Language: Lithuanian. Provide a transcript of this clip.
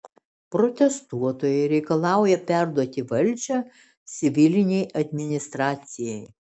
protestuotojai reikalauja perduoti valdžią civilinei administracijai